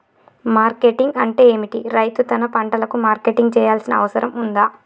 Marketing అంటే ఏమిటి? రైతు తన పంటలకు మార్కెటింగ్ చేయాల్సిన అవసరం ఉందా?